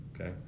okay